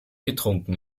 getrunken